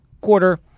quarter